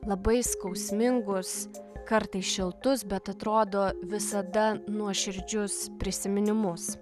labai skausmingus kartais šiltus bet atrodo visada nuoširdžius prisiminimus